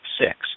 six